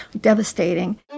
devastating